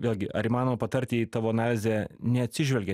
vėlgi ar įmanoma patarti jei tavo analizė neatsižvelgia